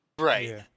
Right